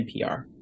NPR